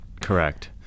correct